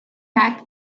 back